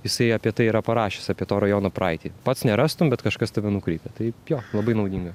jisai apie tai yra parašęs apie to rajono praeitį pats nerastum bet kažkas tave nukreipia taip jog labai naudinga